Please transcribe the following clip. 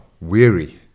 weary